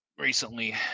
recently